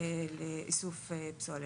לאיסוף פסולת.